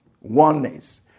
oneness